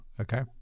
okay